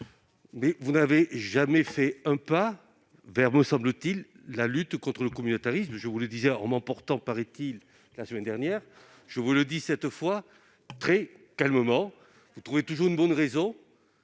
vous n'avez fait aucun pas, me semble-t-il, vers ceux qui luttent contre le communautarisme. Je vous le disais en m'emportant- paraît-il -la semaine dernière, je vous le dis cette fois très calmement : vous trouvez toujours une bonne raison